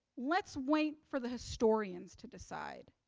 let's wait for the historians to decide.